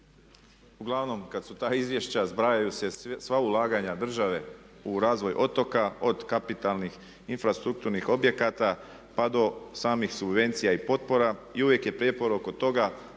uglavnom kad su ta izvješća zbrajaju se sva ulaganja države u razvoj otoka od kapitalnih, infrastrukturnih objekata pa do samih subvencija i potpora. I uvijek je prijepor oko toga